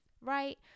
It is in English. right